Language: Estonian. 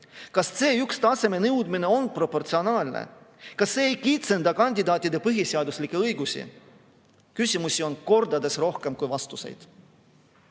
Kas C1‑taseme nõudmine nendelt on proportsionaalne, kas see ei kitsenda kandidaatide põhiseaduslikke õigusi? Küsimusi on kordades rohkem kui vastuseid.